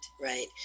right